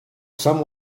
some